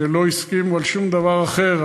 הם לא הסכימו על שום דבר אחר,